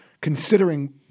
considering